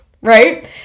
Right